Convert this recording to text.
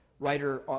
writer